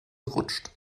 rutscht